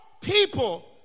people